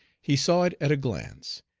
he saw it at a glance,